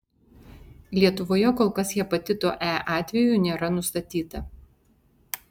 lietuvoje kol kas hepatito e atvejų nėra nustatyta